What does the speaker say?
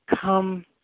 come